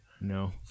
No